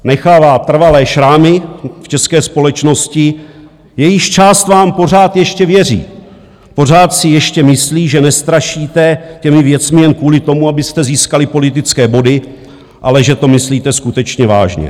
Nechává trvalé šrámy v české společnosti, jejíž část vám pořád ještě věří, pořád si ještě myslí, že nestrašíte těmi věcmi jen kvůli tomu, abyste získali politické body, ale že to myslíte skutečně vážně.